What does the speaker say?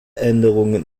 änderungen